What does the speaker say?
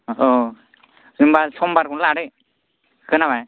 होनबा सम्बारखौनो लादो खोनाबाय